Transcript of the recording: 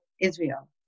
Israel